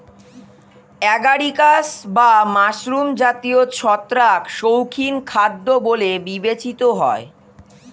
agaricus বা mushroom জাতীয় ছত্রাক শৌখিন খাদ্য বলে বিবেচিত হয়